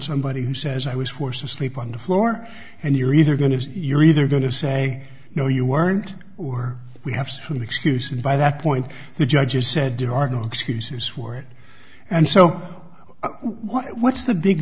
somebody who says i was forced to sleep on the floor and you're either going to you're either going to say no you weren't or we have some excuse and by that point the judge just said there are no excuses for it and so what's the big